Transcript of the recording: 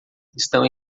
estão